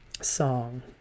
Song